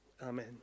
Amen